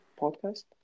podcast